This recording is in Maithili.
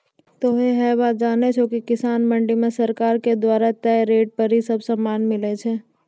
तोहों है बात जानै छो कि किसान मंडी मॅ सरकार के द्वारा तय रेट पर ही सब सामान मिलै छै